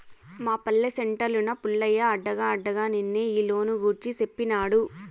మా పల్లె సెంటర్లున్న పుల్లయ్య అడగ్గా అడగ్గా నిన్నే ఈ లోను గూర్చి సేప్పినాడు